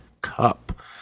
Cup